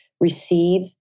receive